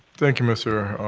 thank you, mr.